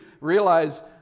realize